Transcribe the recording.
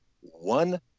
one